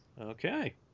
Okay